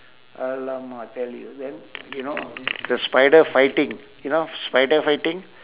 alamak tell you then you know the spider fighting you know spider fighting